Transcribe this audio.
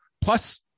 plus